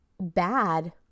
bad